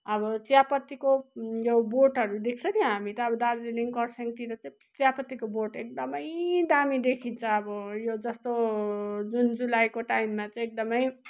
अब चियापत्तीको यो बोटहरू देख्छ नि हामी त अब दार्जिलिङ कर्सियङतिर चाहिँ चियापत्तीको बोट एकदमै दामी देखिन्छ अब यो जस्तो जुन जुलाईको टाइममा चाहिँ एकदमै